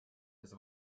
ist